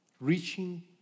reaching